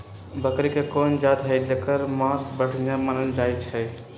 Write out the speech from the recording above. बकरी के कोन जात हई जेकर मास बढ़िया मानल जाई छई?